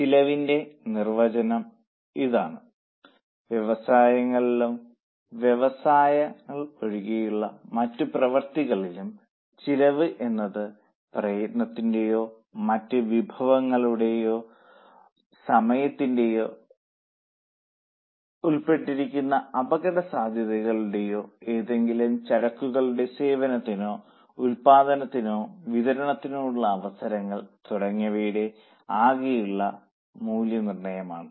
ചെലവിന്റെ നിർവചനം ഇതാണ് വ്യവസായങ്ങളിലും വ്യവസായങ്ങൾ ഒഴികെയുള്ള മറ്റു പ്രവർത്തനങ്ങളിലും ചിലവ് എന്നത് പ്രയത്നത്തിന്റെയോ മറ്റു വിഭവങ്ങളുടെയോ സമയത്തിന്റെയോ ഉൾപ്പെട്ടിരിക്കുന്ന അപകടസാധ്യതകളുടെയോ ഏതെങ്കിലും ചരക്കുകളുടെ സേവനത്തിനോ ഉൽപാദനത്തിനോ വിതരണത്തിനോ ഉള്ള അവസരങ്ങൾ തുടങ്ങിയവയുടെ ആകെയുള്ള മൂല്യനിർണ്ണയമാണ്